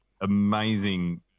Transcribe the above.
amazing